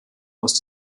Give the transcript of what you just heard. aus